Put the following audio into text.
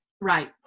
Right